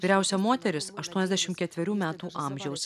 vyriausia moteris aštuoniasdešim ketverių metų amžiaus